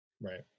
Right